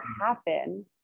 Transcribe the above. happen